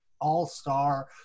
all-star